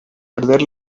perder